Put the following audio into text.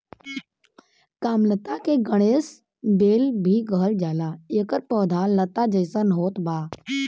कामलता के गणेश बेल भी कहल जाला एकर पौधा लता जइसन होत बा